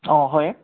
অঁ হয়